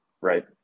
right